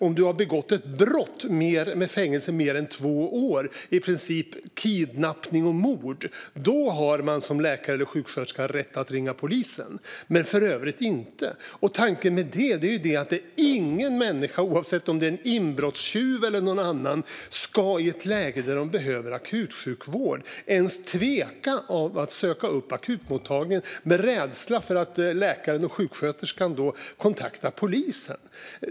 Om du har begått ett brott som ger fängelse i mer än två år, i princip kidnappning och mord, har man som läkare eller sjuksköterska rätt att ringa polisen men i övrigt inte. Tanken med det är att ingen människa, oavsett om det är en inbrottstjuv eller någon annan, i ett läge där den behöver akutsjukvård ens ska tveka att söka upp akutmottagningen av rädsla för att läkaren eller sjuksköterskan kontaktar polisen.